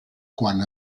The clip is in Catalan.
quant